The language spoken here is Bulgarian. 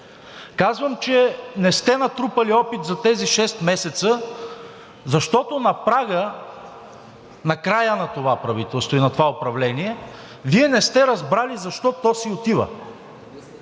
Казвам, че не сте натрупали опит за тези шест месеца, защото на прага на края на това правителство и на това управление Вие не сте разбрали защо то си отива.